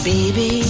Baby